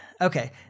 okay